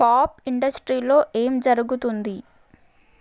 pop ఇండస్ట్రీలో ఏం జరుగుతుంది